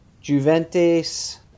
Juventus